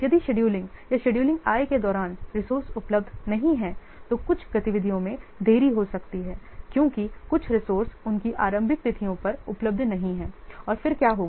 यदि शेड्यूलिंग या शेड्यूलिंग आय के दौरान रिसोर्स उपलब्ध नहीं हैं तो कुछ गतिविधियों में देरी हो सकती है क्योंकि कुछ रिसोर्से उनकी आरंभिक तिथियों पर उपलब्ध नहीं हैं और फिर क्या होगा